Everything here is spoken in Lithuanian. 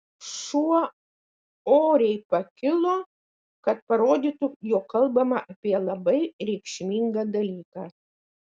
šuo oriai pakilo kad parodytų jog kalbama apie labai reikšmingą dalyką